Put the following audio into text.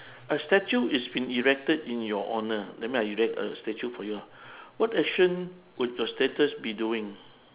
a statue is being erected in your honour that mean I erect a statue for you ah what action would your be doing